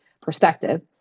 perspective